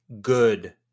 good